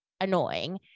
annoying